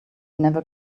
never